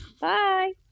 Bye